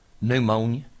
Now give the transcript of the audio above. pneumonia